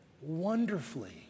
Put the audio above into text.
wonderfully